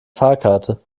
fahrkarte